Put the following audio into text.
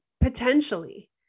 potentially